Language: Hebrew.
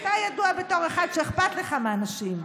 אתה ידוע בתור אחד שאכפת לך מאנשים,